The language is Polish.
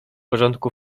porządku